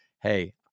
Hey